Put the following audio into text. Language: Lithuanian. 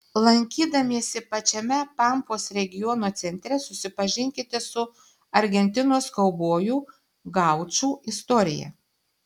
lankydamiesi pačiame pampos regiono centre susipažinkite su argentinos kaubojų gaučų istorija